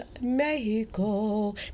Mexico